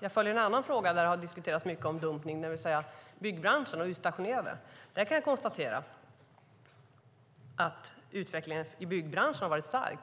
Jag följer en annan fråga där det har diskuterats mycket om dumpning, nämligen byggbranschen och utstationerade. Där kan jag konstatera att utvecklingen i byggbranschen har varit stark.